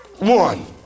One